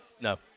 No